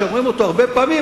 שכשאומרים אותו הרבה פעמים,